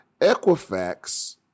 Equifax